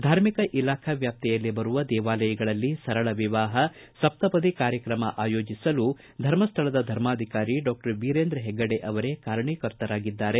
ಧಾರ್ಮಿಕ ಇಲಾಖಾ ವ್ಯಾಪ್ತಿಯಲ್ಲಿ ಬರುವ ದೇವಾಲಯಗಳಲ್ಲಿ ಸರಳ ವಿವಾಹ ಸಪ್ತಪದಿ ಕಾರ್ಯಕ್ರಮ ಆಯೋಜಿಸಲು ಧರ್ಮಸ್ಥಳದ ಧರ್ಮಾಧಿಕಾರಿ ಡಾಕ್ಟರ್ ವೀರೇಂದ್ರ ಹೆಗ್ಗಡೆ ಅವರೇ ಕಾರಣೇಕೃತರಾಗಿದ್ದಾರೆ